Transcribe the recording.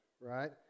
Right